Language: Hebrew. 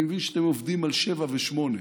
אני מבין שאתם עובדים על שבעה ושמונה,